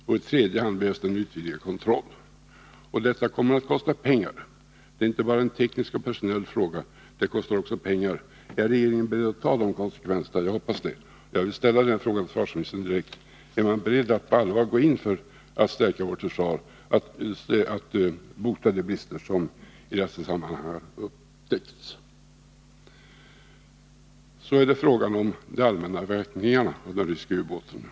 Och i tredje hand behövs en ytterligare kontroll. Detta kommer att kosta pengar. Det är inte bara en teknisk och personell fråga — det kostar också pengar. Är regeringen beredd att ta de konsekvenserna? Jag hoppas det. Jag vill ställa den frågan till försvarsministern direkt. Är man beredd att på allvar gå in för att stärka vårt försvar, att bota de brister som i detta sammanhang har upptäckts? Så är det frågan om de allmänna verkningarna av den ryska ubåten.